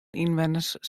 ynwenners